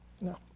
No